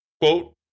Quote